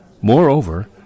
Moreover